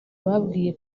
babwiye